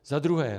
Za druhé.